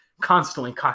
constantly